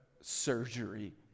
surgery